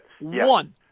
One